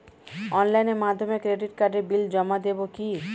অনলাইনের মাধ্যমে ক্রেডিট কার্ডের বিল জমা দেবো কি?